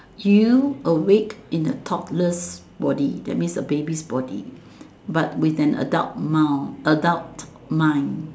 you awake in a toddler's body that means a baby's body but with an adult mild adult mind